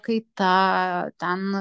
kaita ten